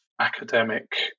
academic